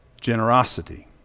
generosity